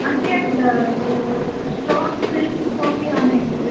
अन्यत् strong simple coffee आनयतु